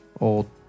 Old